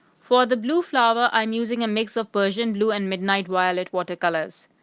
for the blue flower, i'm using a mix of persian blue and midnight violet watercolors.